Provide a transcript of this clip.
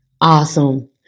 Awesome